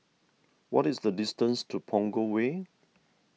what is the distance to Punggol Way